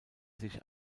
sich